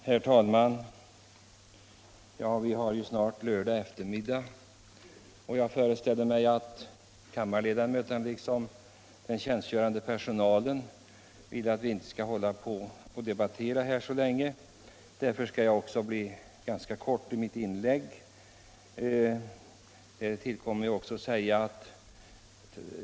Herr talman! Det är snart lördag eftermiddag, och jag föreställer mig att kammarens ledamöter liksom också den tjänstgörande personalen vill att vi inte håller på att debattera så länge. Därför skall jag göra mitt inlägg ganska kort.